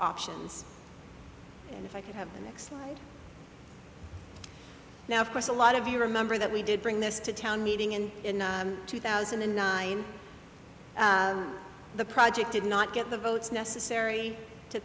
options and if i could have the next now of course a lot of you remember that we did bring this to town meeting in two thousand and nine the project did not get the votes necessary to